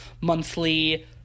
monthly